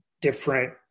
different